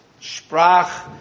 sprach